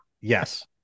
Yes